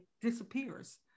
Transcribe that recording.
disappears